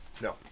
No